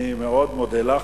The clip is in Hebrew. אני מאוד מודה לך,